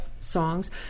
Songs